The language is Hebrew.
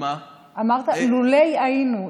אמרת: אילולא היינו.